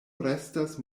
restas